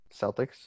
Celtics